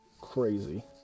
crazy